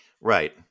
Right